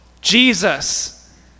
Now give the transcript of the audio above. jesus